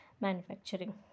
manufacturing